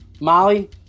Molly